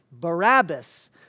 Barabbas